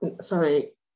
Sorry